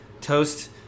Toast